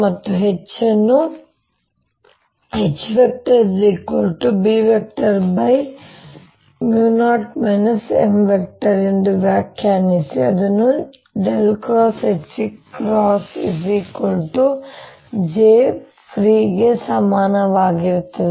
ಮತ್ತು H ಅನ್ನು HB0 M ಎಂದು ವ್ಯಾಖ್ಯಾನಿಸಿ ಆದ್ದರಿಂದ Hjfree ಗೆ ಸಮಾನವಾಗಿರುತ್ತದೆ